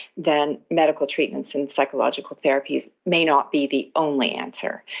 then medical treatments and psychological therapies may not be the only answer.